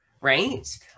right